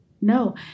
no